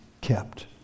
kept